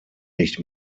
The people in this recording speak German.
nicht